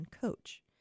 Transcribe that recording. coach